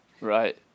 Right